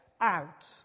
out